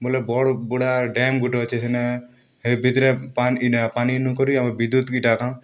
ବୋଲେ ବଡ଼ ବୁଡ଼ା ଡ୍ୟାମ୍ ଗୋଟେ ଅଛେ ସେନେ ହେଇ ଭିତ୍ରେ ପାନ୍ ଇନେ ପାନିନୁ କରି ଆମ ବିଦ୍ୟୁତ୍ ଇଟା କାଁ